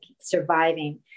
surviving